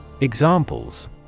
Examples